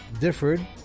differed